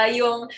yung